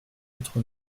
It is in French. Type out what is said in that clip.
notre